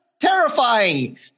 terrifying